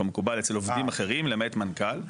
כמקובל אצל עובדים אחרים למעט מנכ"ל,